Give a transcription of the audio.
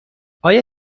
آیا